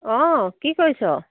অ' কি কৰিছ'